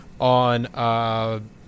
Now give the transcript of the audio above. on –